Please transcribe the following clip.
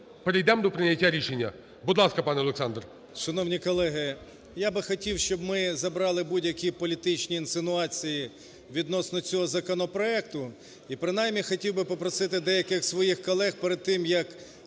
перейдем до прийняття рішення. Будь ласка, пане Олександр.